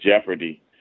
jeopardy